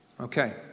Okay